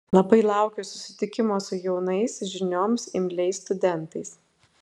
labai laukiu susitikimo su jaunais žinioms imliais studentais